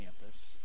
campus